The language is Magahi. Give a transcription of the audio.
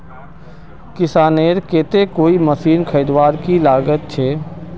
किसानेर केते कोई मशीन खरीदवार की लागत छे?